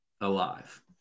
alive